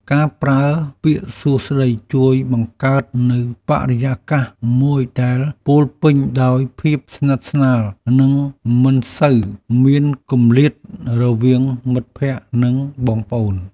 ការប្រើពាក្យសួស្តីជួយបង្កើតនូវបរិយាកាសមួយដែលពោរពេញដោយភាពស្និទ្ធស្នាលនិងមិនសូវមានគម្លាតរវាងមិត្តភក្តិនិងបងប្អូន។